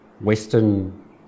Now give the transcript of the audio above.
Western